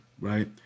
right